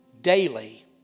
daily